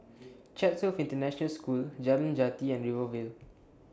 Chatsworth International School Jalan Jati and Rivervale